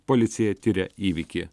policija tiria įvykį